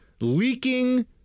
leaking